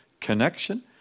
connection